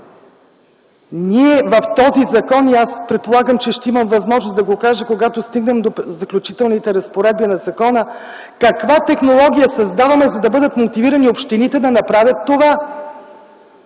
Ние в този закон, предполагам, че ще имам възможност да го кажа, когато стигнем до Заключителните разпоредби на закона, каква технология създаваме, за да бъдат мотивирани общините да направят това?